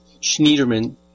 Schneiderman